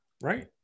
right